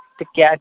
ਅਤੇ ਕਿਆ